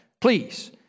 Please